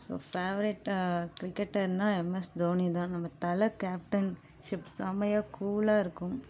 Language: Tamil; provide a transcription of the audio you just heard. ஸோ ஃபேவரட் கிரிக்கெட்டர்னால் எம்எஸ்தோனி தான் நம்ம தலை கேப்டன்ஷிப்ஸ் செம்மயா கூலாக இருக்கும்